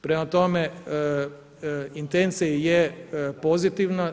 Prema tome, intencija je pozitivna.